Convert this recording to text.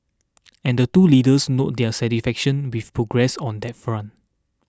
and the two leaders noted their satisfaction with progress on that front